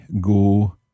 go